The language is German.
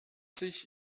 sich